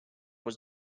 was